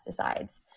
pesticides